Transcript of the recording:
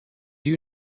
you